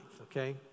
okay